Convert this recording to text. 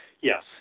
Yes